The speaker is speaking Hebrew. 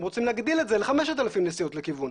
הם רוצים להגדיל את זה ל5,000 נסיעות לכיוון.